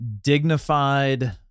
dignified